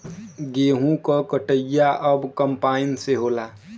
गेंहू क कटिया अब कंपाइन से होला